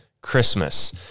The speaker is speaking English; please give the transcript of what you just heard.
Christmas